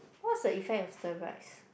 what's the effect of steroids